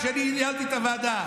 כשאני ניהלתי את הוועדה.